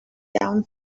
down